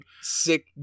sick